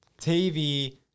TV